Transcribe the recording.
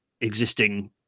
existing